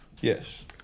Yes